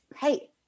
hey